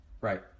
Right